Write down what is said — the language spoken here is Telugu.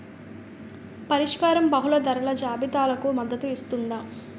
పరిష్కారం బహుళ ధరల జాబితాలకు మద్దతు ఇస్తుందా?